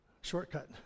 Shortcut